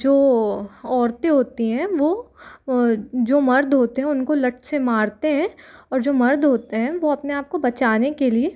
जो औरतें होती है वो वो जो मर्द होते है उनको लठ से मरते हैं और जो मर्द होते हैं वो अपने आप को बचाने के लिए